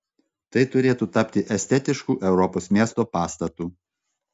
tai turėtų tapti estetišku europos miesto pastatu